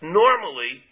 normally